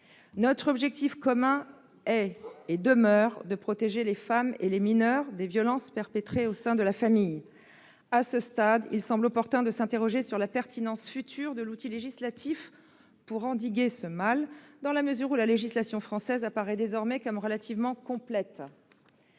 Notre objectif commun demeure la protection des femmes et des mineurs face aux violences perpétrées au sein de la famille. À ce stade, il semble opportun de s'interroger sur la pertinence future de l'outil législatif pour endiguer ce mal, dans la mesure où la législation française apparaît désormais comme relativement complète.